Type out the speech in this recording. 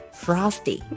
frosty，